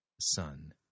Son